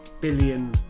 billion